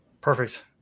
Perfect